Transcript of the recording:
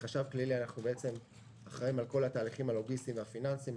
כחשב כללי אנחנו אחראים על כל התהליכים הלוגיסטיים והפיננסיים,